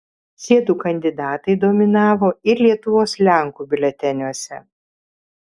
šie du kandidatai dominavo ir lietuvos lenkų biuleteniuose